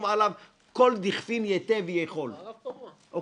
על בעל הזכות תהיה האחריות להוכיח את הנזקים שנגרמו לו.